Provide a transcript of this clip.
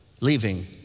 Leaving